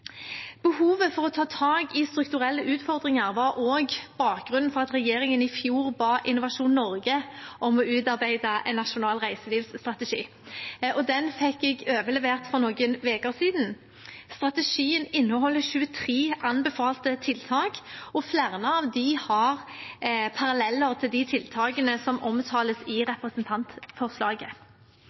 Behovet for å ta tak i strukturelle utfordringer var også bakgrunnen for at regjeringen i fjor ba Innovasjon Norge om å utarbeide en nasjonal reiselivsstrategi. Den fikk jeg overlevert for noen uker siden. Strategien inneholder 23 anbefalte tiltak, og flere av dem har paralleller til tiltakene som omtales i representantforslaget.